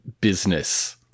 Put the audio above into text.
business